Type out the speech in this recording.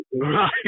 Right